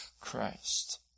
Christ